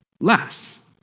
less